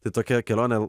tai tokia kelionė